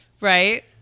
Right